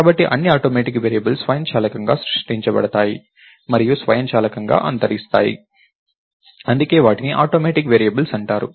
కాబట్టి అన్ని automatic variables స్వయంచాలకంగా సృష్టించబడతాయి మరియు స్వయంచాలకంగా అంతరిస్తాయి అందుకే వాటిని ఆటోమేటిక్ వేరియబుల్స్ అంటారు